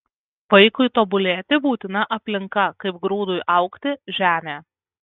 vaikui tobulėti būtina aplinka kaip grūdui augti žemė